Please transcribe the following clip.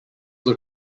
look